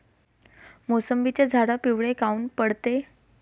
मोसंबीचे झाडं पिवळे काऊन पडते?